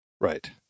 right